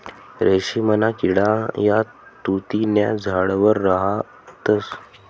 रेशीमना किडा या तुति न्या झाडवर राहतस